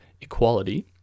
equality